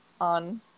on